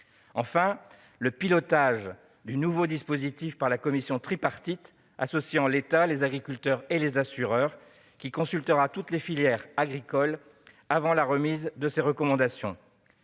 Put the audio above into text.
relève le pilotage du nouveau dispositif par la commission tripartite, associant État, agriculteurs et assureurs, laquelle consultera toutes les filières agricoles avant la remise de ses recommandations.